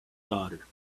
daughter